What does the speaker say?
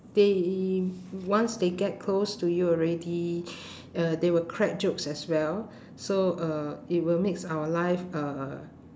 they once they get close to you already uh they will crack jokes as well so uh it will makes our life uh